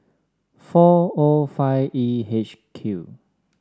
four O five E H Q